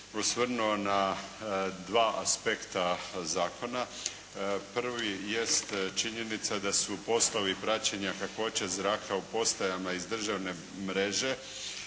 osvrnuo na dva aspekta zakona. Prvi jest činjenica da su poslovi praćenja kakvoće zraka u postajama iz državne mreže,